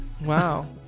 Wow